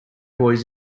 boys